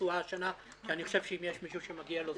משואה השנה כי אני חושב שאם יש מישהו שמגיע לו,